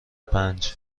پنج